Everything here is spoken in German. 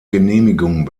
genehmigung